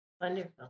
Wonderful